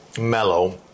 mellow